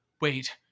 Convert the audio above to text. wait